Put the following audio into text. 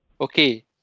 Okay